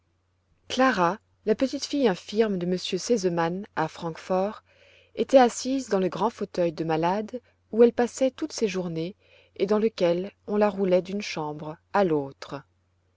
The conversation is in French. clara la petite fille infirme de m r sesemann à francfort était assise dans le grand fauteuil de malade où elle passait toutes ses journées et dans lequel on la roulait d'une chambre à l'autre